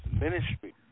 Ministry